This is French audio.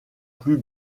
plus